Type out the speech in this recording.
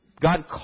God